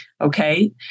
okay